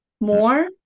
more